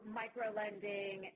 microlending